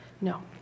No